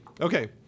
okay